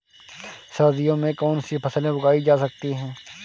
सर्दियों में कौनसी फसलें उगाई जा सकती हैं?